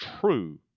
true